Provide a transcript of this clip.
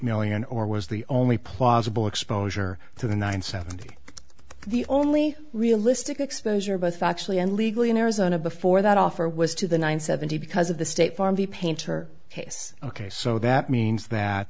million or was the only plausible exposure to the nine seven the only realistic exposure both actually and legally in arizona before that offer was to the nine seventy because of the state farm the painter case ok so that means that